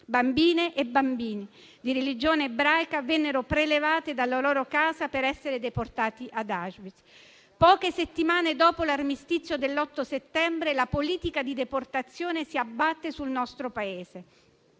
bambine e bambini di religione ebraica vennero prelevati dalla loro casa per essere deportati ad Auschwitz. Poche settimane dopo l'armistizio dell'8 settembre, la politica di deportazione si abbatté sul nostro Paese